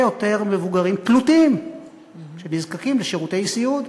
יותר מבוגרים תלותיים שנזקקים לשירותי סיעוד,